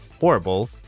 horrible